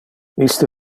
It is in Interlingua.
iste